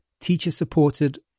teacher-supported